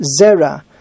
zera